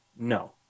No